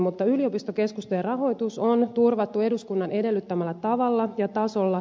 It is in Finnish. mutta yliopistokeskusten rahoitus on turvattu eduskunnan edellyttämällä tavalla ja tasolla